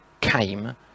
came